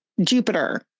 Jupiter